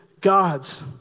gods